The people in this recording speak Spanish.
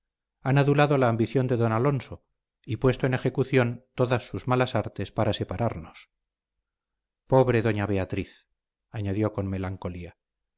han adulado la ambición de don alonso y puesto en ejecución todas sus malas artes para separarnos pobre doña beatriz añadió con melancolía